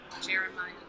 Jeremiah